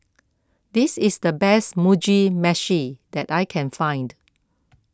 this is the best Mugi Meshi that I can find